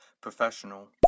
professional